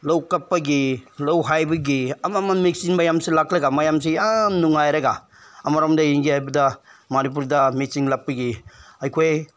ꯂꯧ ꯀꯛꯄꯒꯤ ꯂꯧ ꯍꯥꯏꯕꯒꯤ ꯑꯃꯃꯝ ꯃꯦꯆꯤꯟ ꯃꯌꯥꯝꯁꯤ ꯂꯥꯛꯂꯒ ꯃꯌꯥꯝꯁꯤ ꯌꯥꯝ ꯅꯨꯡꯉꯥꯏꯔꯒ ꯑꯃꯔꯣꯝꯗ ꯌꯦꯡꯒꯦ ꯍꯥꯏꯕꯗ ꯃꯅꯤꯄꯨꯔꯗ ꯃꯦꯆꯤꯟ ꯂꯥꯛꯄꯒꯤ ꯑꯩꯈꯣꯏ